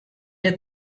had